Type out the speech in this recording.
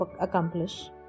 accomplish